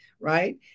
right